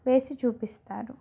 వేసి చూపిస్తారు